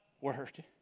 word